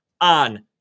On